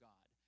God